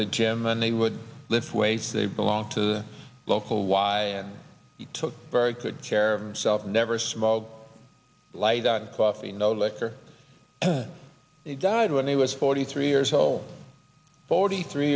the gym and they would lift weights they belong to the local y and he took very good care self never smoke light on coffee no liquor he died when he was forty three years old forty three